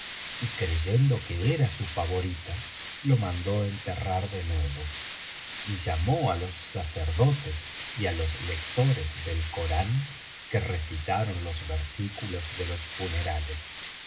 y creyendo que era su favorita lo mandó enterrar de nuevo y llamó á los sacerdotes y á los lectores del corán que recitaron los versículos de los funerales